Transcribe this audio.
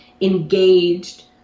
engaged